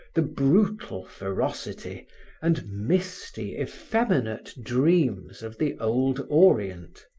the brutal ferocity and misty, effeminate dreams of the old orient.